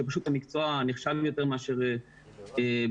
שפשוט המקצוע נחשב יותר מאשר בישראל,